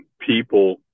people